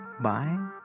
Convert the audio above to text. bye